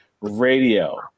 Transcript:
radio